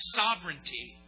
sovereignty